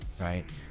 right